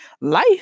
life